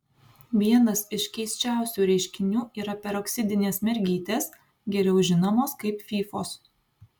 vienas iš keisčiausių reiškinių yra peroksidinės mergytės geriau žinomos kaip fyfos